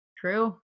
true